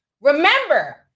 remember